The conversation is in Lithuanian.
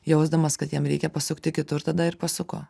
jausdamas kad jam reikia pasukti kitur tada ir pasuko